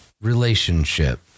Relationship